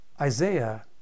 Isaiah